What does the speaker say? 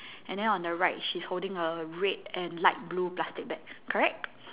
and then on the right she's holding a red and light blue plastic bag correct